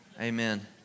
Amen